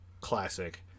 classic